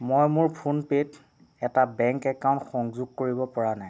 মই মোৰ ফোনপে'ত এটা বেংক একাউণ্ট সংযোগ কৰিব পৰা নাই